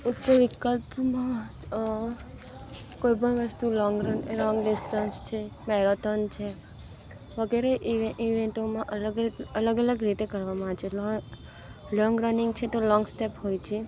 ઊંચ વિકલ્પમાં કોઈપણ વસ્તુ લોંગ લોંગ ડિસ્ટન્સ છે મેરેથોન છે વગેરે ઇવેંટોમાં અલગ અલગ રીતે કરવામાં જેટલો લોંગ રનિંગ છેતો લોંગ સ્ટેપ હોય છે